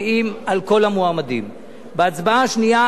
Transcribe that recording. בהצבעה השנייה, שוב, מצביעים על כל המועמדים.